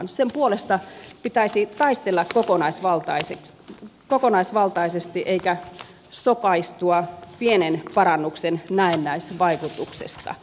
sen puolesta pitäisi taistella kokonaisvaltaisesti eikä sokaistua pienen parannuksen näennäisvaikutuksesta